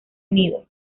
unido